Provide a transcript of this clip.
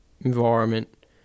environment